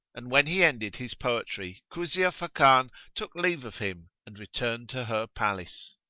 and when he ended his poetry, kuzia fakan took leave of him and returned to her palace.